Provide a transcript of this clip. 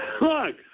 look